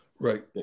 Right